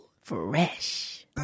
Fresh